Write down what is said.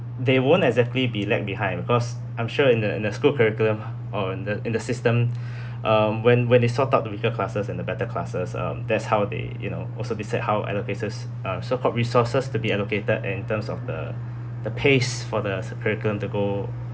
they won't exactly be lag behind because I'm sure in the in the school curriculum or in the in the system um when when they sort out the weaker classes and the better classes um that's how they you know also decide how allocates uh so-called resources to be allocated in terms of the the pace for the school curriculum to go